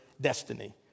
destiny